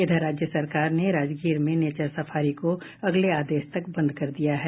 इधर राज्य सरकार ने राजगीर में नेचर सफारी को अगले आदेश तक बंद कर दिया है